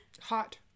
hot